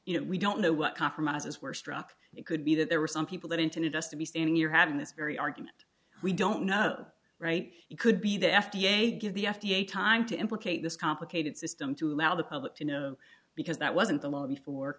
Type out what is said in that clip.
you know we don't know what compromises were struck it could be that there were some people that intended us to be standing you're having this very argument we don't know right it could be the f d a give the f d a time to implicate this complicated system to allow the public to know because that wasn't the law before